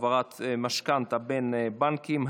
העברת משכנתה בין בנקים),